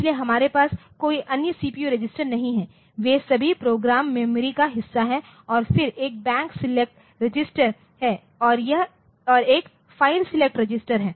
इसलिए हमारे पास कोई अन्य सीपीयू रजिस्टर नहीं है वे सभी प्रोग्राम मेमोरी का हिस्सा हैं और फिर एक बैंक सेलेक्ट रजिस्टर है और एक फाइल सेलेक्ट रजिस्टर है